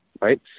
right